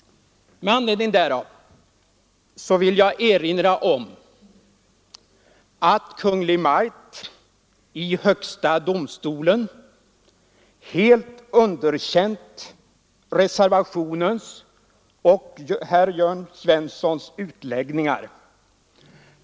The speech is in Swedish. Med anledning därav vill jag erinra om att Kungl. Maj:t i högsta domstolen helt underkänt reservationens och herr Jörn Svenssons utläggningar.